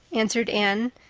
answered anne,